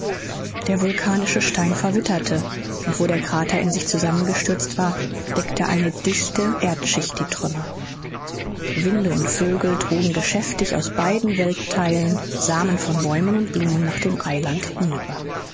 der vulkanische stein verwitterte und wo der krater in sich zusammengestürzt war deckte eine dichte erdschicht die trümmer winde und vögel trugen geschäftig aus beiden welttheilen samen von bäumen und blumen nach dem eiland hinüber